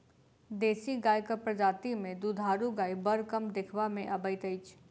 देशी गायक प्रजाति मे दूधारू गाय बड़ कम देखबा मे अबैत अछि